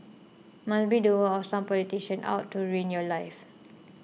must be the work of some politician out to ruin your life